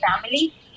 family